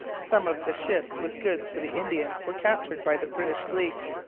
some of the ships with goods for the indians were captured by the british fleet.